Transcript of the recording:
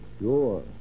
Sure